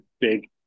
big